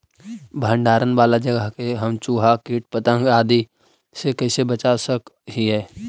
भंडार वाला जगह के हम चुहा, किट पतंग, आदि से कैसे बचा सक हिय?